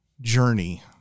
journey